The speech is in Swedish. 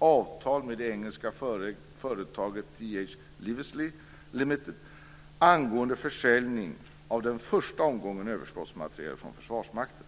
avtal med det engelska företaget JT Leavesley Ltd angående försäljning av den första omgången överskottsmateriel från Försvarsmakten.